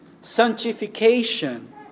Sanctification